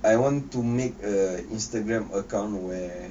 I want to make a instagram account where